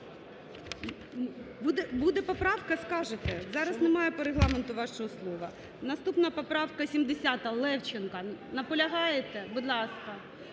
Буде поправка – скажете. Зараз немає по Регламенту вашого слова. Наступна поправка – 70-а, Левченка. Наполягаєте? Будь ласка!